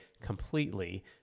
completely